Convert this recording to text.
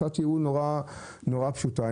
זו הצעת ייעול פשוטה מאוד,